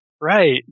Right